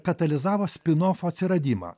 katalizavo spinofo atsiradimą